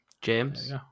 James